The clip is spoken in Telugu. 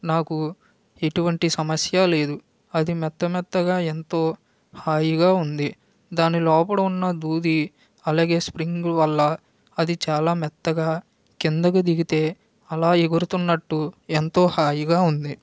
నాకు ఎటువంటి సమస్య లేదు అది మెత్తమెత్తగా ఎంతో హాయిగా ఉంది దాని లోపల ఉన్న దూది అలాగే స్ప్రింగ్ వల్ల అది చాలా మెత్తగా కిందకు దిగితే అలా ఎగురుతున్నట్టు ఎంతో హాయిగా ఉంది